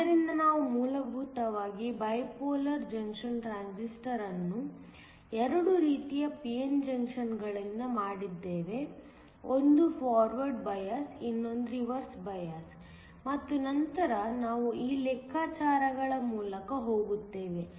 ಆದ್ದರಿಂದ ನಾವು ಮೂಲಭೂತವಾಗಿ ಬೈಪೋಲಾರ್ ಜಂಕ್ಷನ್ ಟ್ರಾನ್ಸಿಸ್ಟರ್ ಅನ್ನು ಎರಡು ರೀತಿಯ p n ಜಂಕ್ಷನ್ಗಳಿಂದ ಮಾಡಿದ್ದೇವೆ ಒಂದು ಫಾರ್ವರ್ಡ್ ಬಯಾಸ್ ಇನ್ನೊಂದು ರಿವರ್ಸ್ ಬಯಾಸ್ ಮತ್ತು ನಂತರ ನಾವು ಈ ಲೆಕ್ಕಾಚಾರಗಳ ಮೂಲಕ ಹೋಗುತ್ತೇವೆ